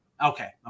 okay